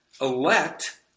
elect